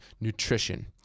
nutrition